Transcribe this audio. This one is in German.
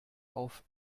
auf